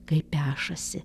kaip pešasi